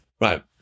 Right